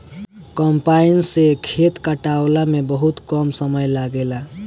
combine से खेत कटावला में बहुते कम समय लागेला